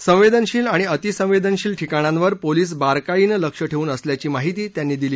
संवेदनशील आणि अतिसंवेदनशील ठिकाणांवर पोलीस बारकाईनं लक्ष ठेवून असल्याचं त्यांनी सांगितलं